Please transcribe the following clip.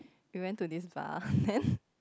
we went to this bar then